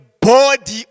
body